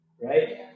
Right